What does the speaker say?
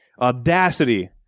audacity